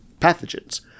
pathogens